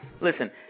listen